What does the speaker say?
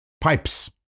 pipes